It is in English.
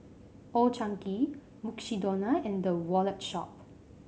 Old Chang Kee Mukshidonna and The Wallet Shop